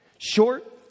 Short